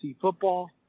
football